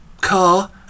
car